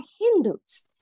Hindus